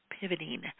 pivoting